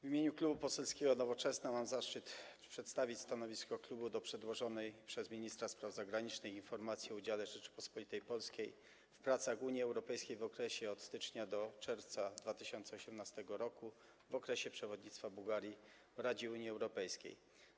W imieniu Klubu Poselskiego Nowoczesna mam zaszczyt przedstawić stanowisko klubu wobec przedłożonej przez ministra spraw zagranicznych informacji o udziale Rzeczypospolitej Polskiej w pracach Unii Europejskiej w okresie od stycznia do czerwca 2018 r., czyli w okresie przewodnictwa Bułgarii w Radzie Unii Europejskiej.